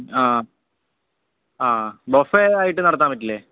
ആ ആ ബുഫെ ആയിട്ട് നടത്താൻ പറ്റില്ലേ